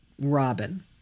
Robin